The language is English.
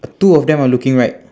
two of them are looking right